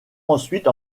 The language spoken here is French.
ensuite